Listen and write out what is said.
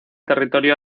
territorio